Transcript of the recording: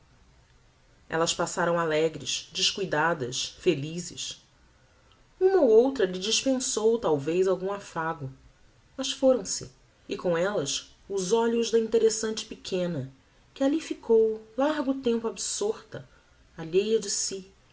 ellas passaram alegres descuidadas felizes uma ou outra lhe dispensou talvez algum affago mas foram-se e com ellas os olhos da interessante pequena que alli ficou largo tempo absorta alheia de si